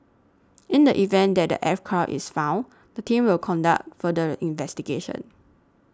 in the event that the aircraft is found the team will conduct further investigation